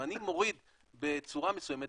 אם אני מוריד בצורה מסוימת,